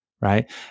right